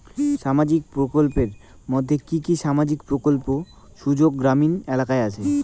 সামাজিক প্রকল্পের মধ্যে কি কি সামাজিক প্রকল্পের সুযোগ গ্রামীণ এলাকায় আসে?